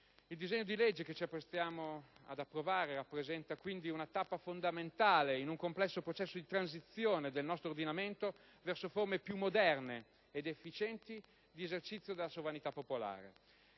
Il disegno di legge che ci stiamo apprestando ad approvare rappresenta quindi una tappa fondamentale di un complesso processo di transizione del nostro ordinamento verso forme più moderne ed efficienti di esercizio della sovranità popolare,